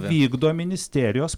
vykdo ministerijos